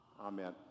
Amen